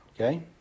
Okay